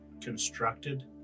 constructed